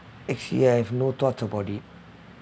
actually I have no thought about it